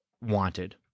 wanted